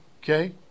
Okay